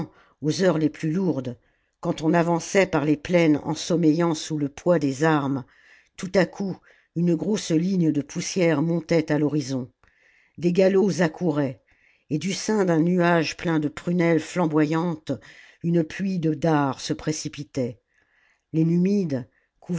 aux heures les plus lourdes quand on avançait par les plaines en sommeillant sous le poids des armes tout à coup une grosse ligne de poussière montait à l'horizon des galops accouraient et du sein d'un nuage plein de prunelles flamboyantes une pluie de dards se précipitait les numides